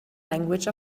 language